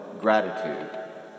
gratitude